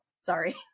Sorry